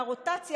והרוטציה,